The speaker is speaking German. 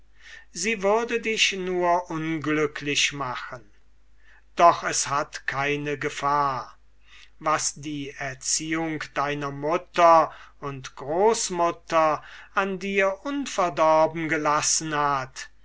sie würde dich nur un glücklich machen doch es hat keine gefahr was die erziehung deiner mutter und großmutter an dir unverdorben gelassen hat